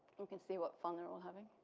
you can see what fun they're all having.